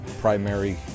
primary